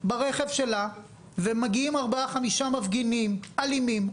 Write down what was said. ברכב שלה ומגיעים ארבעה-חמישה מפגינים אלימים,